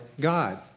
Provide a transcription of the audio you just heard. God